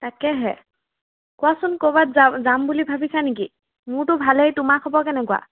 তাকেহে কোৱাচোন ক'ৰবাত যা যাম বুলি ভাবিছা নেকি মোৰতো ভালেই তোমাৰ খবৰ কেনেকুৱা